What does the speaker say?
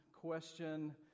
question